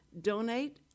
donate